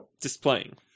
Displaying